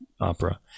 opera